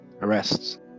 arrests